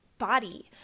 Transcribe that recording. body